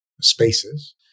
spaces